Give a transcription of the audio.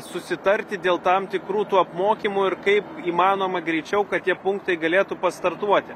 susitarti dėl tam tikrų tų apmokymų ir kaip įmanoma greičiau kad tie punktai galėtų pastartuoti